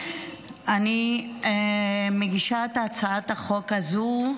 אני מגישה את הצעת החוק הזו,